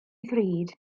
ddrud